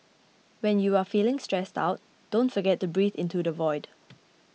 when you are feeling stressed out don't forget to breathe into the void